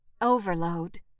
Overload